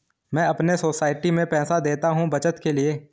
मैं अपने सोसाइटी में पैसे देता हूं बचत के लिए